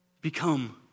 Become